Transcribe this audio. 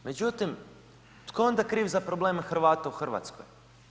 Međutim, tko je onda kriv za probleme Hrvata u Hrvatskoj?